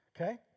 okay